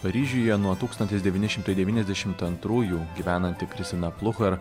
paryžiuje nuo tūkstantis devyni šimtai devyniasdešimt antrųjų gyvenanti kristina pluhar